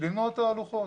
למנוע תהלוכות.